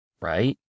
right